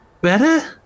better